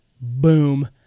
boom